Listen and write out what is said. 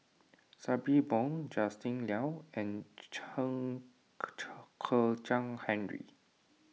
Sabri Buang Justin Liao and Chen Kezhan Henri